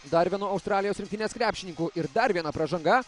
dar vienu australijos rinktinės krepšininku ir dar viena pražanga